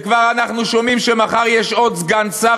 וכבר אנחנו שומעים שמחר יש עוד סגן שר